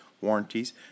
warranties